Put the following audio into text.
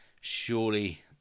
Surely